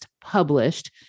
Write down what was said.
published